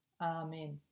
Amen